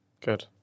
good